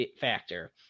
factor